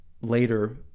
later